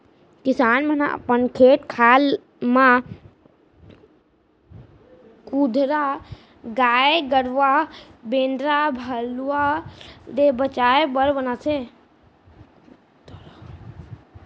किसान मन ह अपन खेत खार म कुंदरा गाय गरूवा बेंदरा भलुवा ले बचाय बर बनाथे